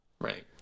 Right